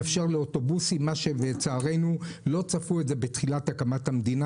לאפשר לאוטובוסים מה שלצערנו לא צפו בתחילת הקמת המדינה,